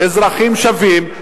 אזרחים שווים,